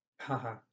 Haha